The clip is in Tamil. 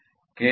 டபிள்யூ